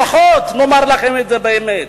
לפחות נאמר לכם את זה באמת.